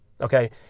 okay